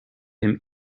him